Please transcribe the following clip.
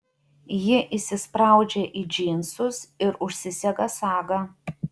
ji įsispraudžia į džinsus ir užsisega sagą